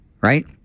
right